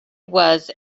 was